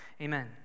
Amen